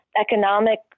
economic